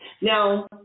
Now